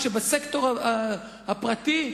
כשבסקטור הפרטי,